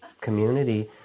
community